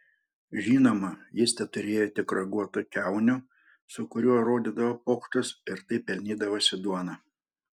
žinoma jis teturėjo tik raguotą kiaunių su kuriuo rodydavo pokštus ir taip pelnydavosi duoną